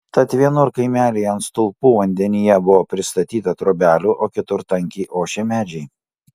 tad vienur kaimelyje ant stulpų vandenyje buvo pristatyta trobelių o kitur tankiai ošė medžiai